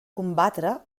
combatre